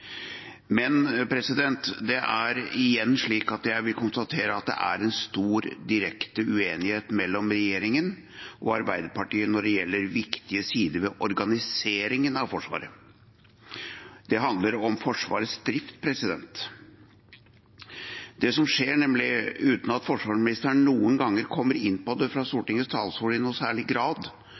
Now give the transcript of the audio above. Men jeg vil igjen konstatere at det er en stor direkte uenighet mellom regjeringen og Arbeiderpartiet når det gjelder viktige sider ved organiseringen av Forsvaret. Det handler om Forsvarets drift. Det som nemlig skjer, uten at Forsvarsministeren noen gang kommer inn på det fra Stortingets talerstol i noen særlig grad,